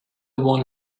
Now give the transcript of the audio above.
one